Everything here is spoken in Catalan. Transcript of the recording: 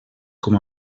com